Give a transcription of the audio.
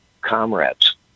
comrades